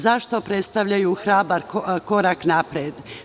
Zašto predstavljaju hrabar korak napred?